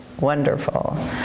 wonderful